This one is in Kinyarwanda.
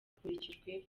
hakurikijwe